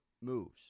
moves